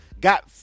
got